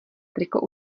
triko